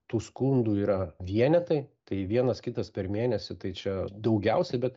tų skundų yra vienetai tai vienas kitas per mėnesį tai čia daugiausiai bet